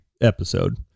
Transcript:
episode